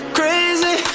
crazy